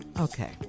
Okay